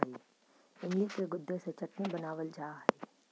इमली के गुदे से चटनी बनावाल जा हई